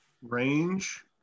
Range